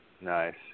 Nice